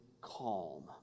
calm